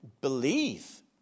believe